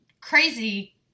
crazy